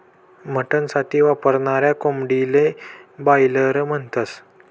mutton साठी वापरनाऱ्या कोंबडीले बायलर म्हणतस